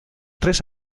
tres